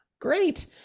great